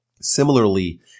Similarly